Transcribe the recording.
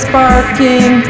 barking